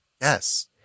Yes